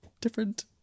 different